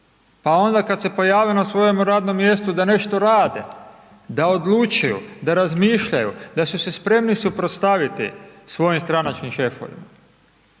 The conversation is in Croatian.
Pa onda kada se pojave na svojem radnu mjestu da nešto rade, da odlučuju, da razmišljaju, da su se spremni suprotstaviti svojim stranačkim šefovima,